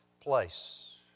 place